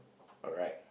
alright